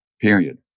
period